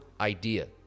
idea